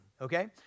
okay